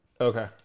Okay